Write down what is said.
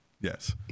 yes